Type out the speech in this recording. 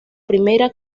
primera